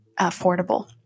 affordable